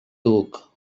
duc